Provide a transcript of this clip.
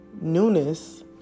newness